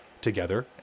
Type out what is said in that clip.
together